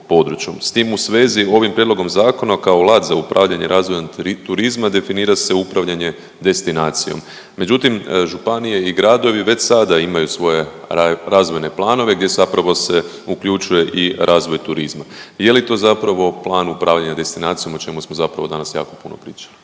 S tim u svezi ovim prijedlogom zakona kao alat za upravljanje razvojem turizma definira se upravljanje destinacijom, međutim županije i gradovi već sada imaju svoje razvojne planove gdje zapravo se uključuje i razvoj turizma. Je li to zapravo plan upravljanja destinacijom o čemu smo zapravo danas jako puno pričali?